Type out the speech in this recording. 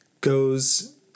goes